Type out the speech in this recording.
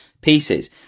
pieces